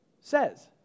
says